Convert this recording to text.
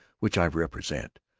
which i represent.